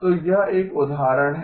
तो यह एक उदाहरण है